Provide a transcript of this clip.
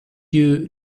you